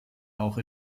auch